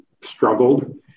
struggled